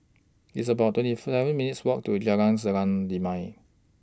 It's about twenty Third seven minutes' Walk to Jalan Selendang Delima